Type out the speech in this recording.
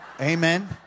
Amen